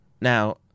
Now